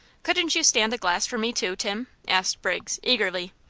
couldn't you stand a glass for me, too, tim? asked briggs, eagerly.